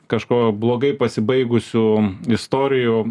kažko blogai pasibaigusių istorijų